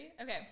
Okay